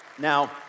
Now